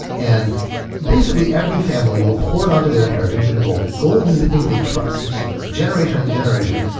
and basically every family will hoard on to their inheritance and gold. gold is the thing that they trust. it's just generation after generation.